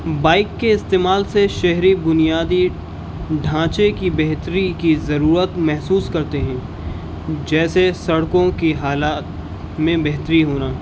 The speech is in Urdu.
بائک کے استعمال سے شہری بنیادی ڈھانچے کی بہتری کی ضرورت محسوس کرتے ہیں جیسے سڑکوں کی حالات میں بہتری ہونا